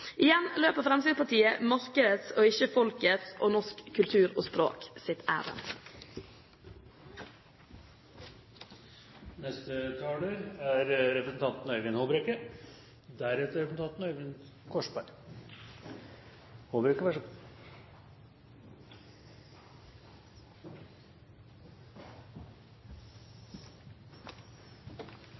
igjen for pengene. Igjen løper Fremskrittspartiet markedet – og ikke folket og norsk kultur og språk – sitt ærend. Allmennkringkasting er